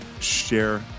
Share